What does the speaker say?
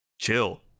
chill